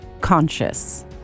conscious